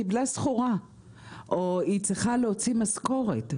קיבלה סחורה או היא צריכה להוציא משכורת.